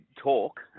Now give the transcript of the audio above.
talk